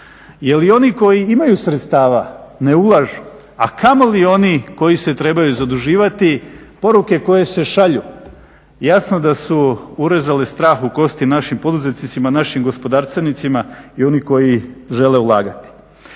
jer i oni koji imaju sredstava ne ulažu a kamoli oni koji se trebaju zaduživati poruke koje se šalju jasno da su urezale strah u kosti našim poduzetnicima, našim gospodarstvenicima i oni koji žele ulagati.